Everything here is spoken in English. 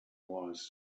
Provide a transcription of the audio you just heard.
was